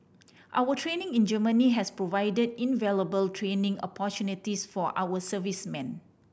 our training in Germany has provide invaluable training opportunities for our servicemen